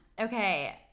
Okay